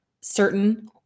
certain